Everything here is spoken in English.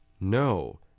No